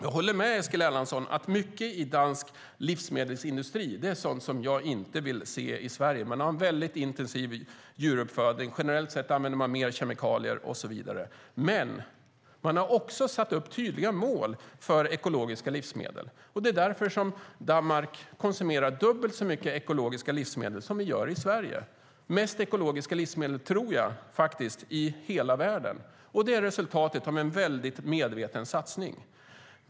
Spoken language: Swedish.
Jag håller med Eskil Erlandsson om att mycket i dansk livsmedelsindustri är sådant som vi inte vill se i Sverige. De har en mycket intensiv djuruppfödning. Generellt sett använder de mer kemikalier och så vidare. Men de har samtidigt satt upp tydliga mål för ekologiska livsmedel, och därför konsumerar danskarna dubbelt så mycket ekologiska livsmedel som vi i Sverige. Jag tror att de har mest ekologiska livsmedel i världen, och det är resultatet av en mycket medveten satsning.